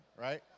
right